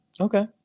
okay